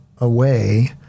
away